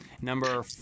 number